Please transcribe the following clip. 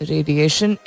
Radiation